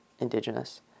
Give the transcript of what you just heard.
Indigenous